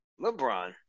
LeBron